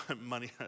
money